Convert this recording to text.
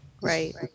Right